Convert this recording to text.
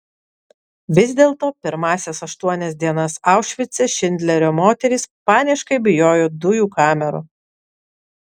vis dėlto pirmąsias aštuonias dienas aušvice šindlerio moterys paniškai bijojo dujų kamerų